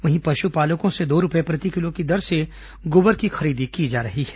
वहीं पश्पालकों से दो रूपये प्रति किलो की दर से गोबर की खरीदी की जा रही है